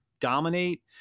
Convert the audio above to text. dominate